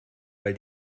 weil